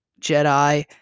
Jedi